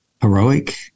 heroic